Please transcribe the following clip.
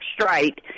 straight